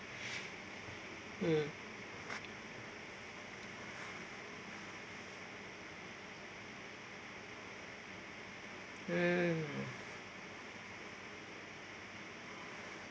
mm hmm